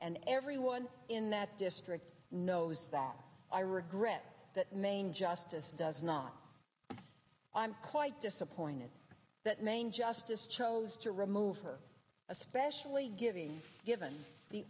and everyone in that district knows that i regret that main justice does not i'm quite disappointed that main justice chose to remove her especially given given the